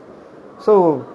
so